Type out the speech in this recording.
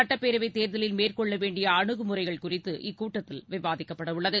சட்டப்பேரவை தேர்தலில் மேற்கொள்ள வேண்டிய அனுகுமுறைகள் குறித்து இக்கூட்டத்தில் விவாதிக்கப்படவுள்ளது